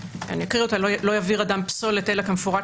אקריא את הנוסח: לא יעביר אדם פסולת אלא כמפורט